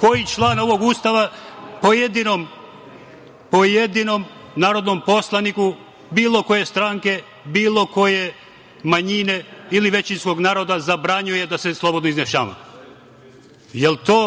Koji član ovog Ustava pojedinom narodnom poslaniku bilo koje stranke, bilo koje manjine ili većinskog naroda zabranjuje da se slobodno izjašnjavamo? Jel to